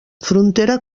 frontera